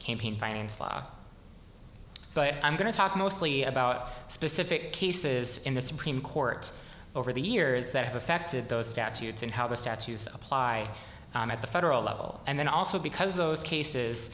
campaign finance law but i'm going to talk mostly about specific cases in the supreme court over the years that have affected those statutes and how the statutes apply at the federal level and then also because those cases